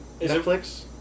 Netflix